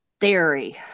theory